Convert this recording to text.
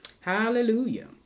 Hallelujah